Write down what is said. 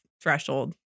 threshold